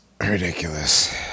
ridiculous